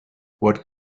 what